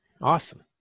Awesome